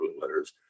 letters